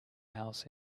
house